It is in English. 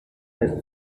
her